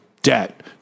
debt